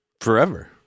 forever